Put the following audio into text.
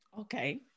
Okay